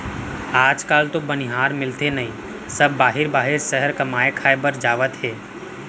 आज काल तो बनिहार मिलते नइए सब बाहिर बाहिर सहर कमाए खाए बर जावत हें